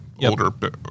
older